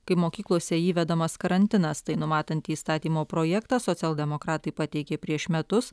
kai mokyklose įvedamas karantinas tai numatantį įstatymo projektą socialdemokratai pateikė prieš metus